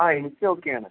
ആ എനിക്ക് ഓക്കെയാണ്